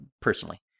personally